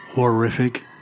Horrific